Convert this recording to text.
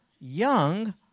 young